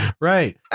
Right